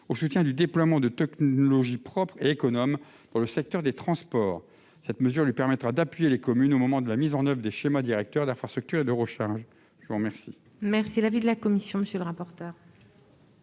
au soutien du déploiement de technologies propres et économes dans le secteur des transports. Cette mesure lui permettra d'appuyer les communes au moment de la mise en oeuvre des schémas directeurs d'infrastructures de recharge. Quel est l'avis de la commission ? Je suis